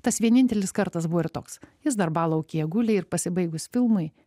tas vienintelis kartas buvo ir toks jis darbalaukyje guli ir pasibaigus filmui